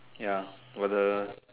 ya got the